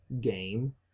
game